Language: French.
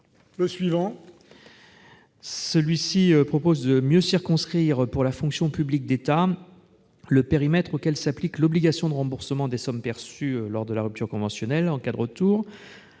Marie. Il s'agit de mieux circonscrire, pour la fonction publique de l'État, le périmètre auquel s'applique l'obligation de remboursement des sommes perçues lors de la rupture conventionnelle en cas de retour.